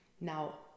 Now